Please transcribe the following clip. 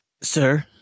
Sir